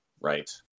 Right